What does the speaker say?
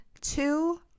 two